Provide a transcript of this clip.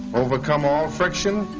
overcome all friction,